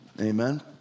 Amen